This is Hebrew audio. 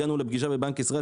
הגענו לפגישה בבנק ישראל,